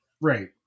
Right